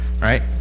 right